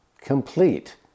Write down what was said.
complete